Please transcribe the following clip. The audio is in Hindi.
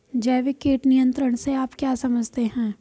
जैविक कीट नियंत्रण से आप क्या समझते हैं?